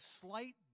slight